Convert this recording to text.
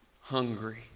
hungry